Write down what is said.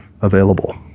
available